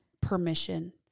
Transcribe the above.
permission